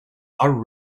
are